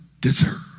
deserve